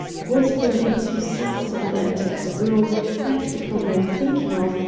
what were we two sensible and, as a rule, practical men thinking of,